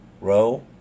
Row